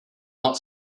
not